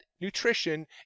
nutrition